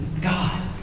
God